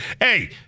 Hey